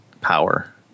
power